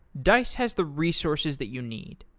dice has the resources that you need.